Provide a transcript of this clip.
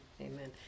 Amen